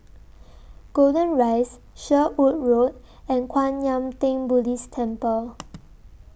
Golden Rise Sherwood Road and Kwan Yam Theng Buddhist Temple